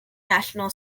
national